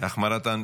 חובת המכרזים